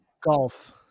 golf